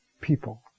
people